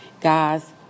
Guys